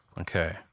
Okay